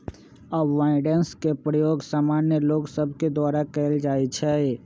avoidance के प्रयोग सामान्य लोग सभके द्वारा कयल जाइ छइ